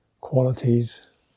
qualities